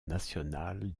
national